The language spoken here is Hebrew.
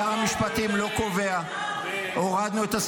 שר המשפטים לא קובע --- נראה אותך עושה את זה בוועד חברת חשמל.